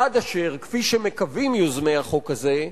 עד אשר, כפי שמקווים יוזמי החוק הזה,